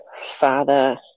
father